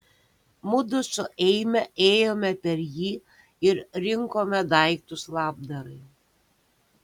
mudu su eime ėjome per jį ir rinkome daiktus labdarai